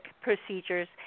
procedures